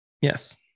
Yes